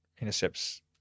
intercepts